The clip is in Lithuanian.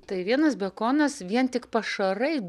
tai vienas bekonas vien tik pašarai